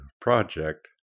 project